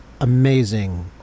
amazing